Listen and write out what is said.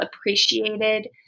appreciated